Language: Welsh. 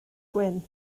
gwyn